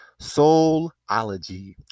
Soulology